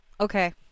Okay